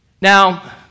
Now